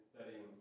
studying